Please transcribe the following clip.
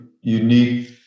unique